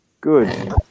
Good